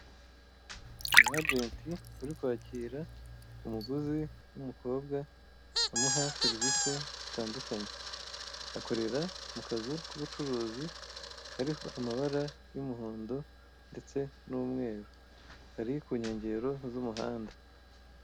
Umu agenti uri kwakira umuguzi w'umukobwa amuha serivise zitandukanye. Akorera mu kazu k'ubucuruzi kariho amabara y'umuhondo ndetse n'umweru kari ku nkengero z'umuhanda.